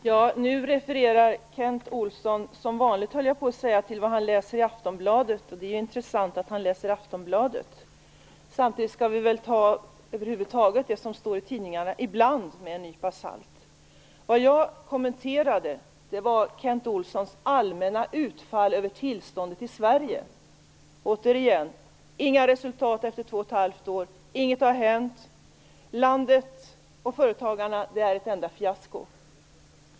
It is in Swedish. Herr talman! Nu refererar Kent Olsson - som vanligt, höll jag på att säga - till vad han läser i Aftonbladet. Det är intressant att han läser Aftonbladet. Samtidigt skall man väl ibland ta det som står i tidningarna med en nypa salt. Det som jag kommenterade var Kent Olssons allmänna utfall över tillståndet i Sverige. Återigen säger han att det inte blivit några resultat efter två år, att ingenting har hänt, att landet, företagarna och allt är ett enda fiasko.